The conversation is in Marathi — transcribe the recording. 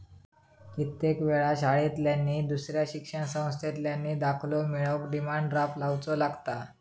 कित्येक वेळा शाळांतल्यानी नि दुसऱ्या शिक्षण संस्थांतल्यानी दाखलो मिळवूक डिमांड ड्राफ्ट लावुचो लागता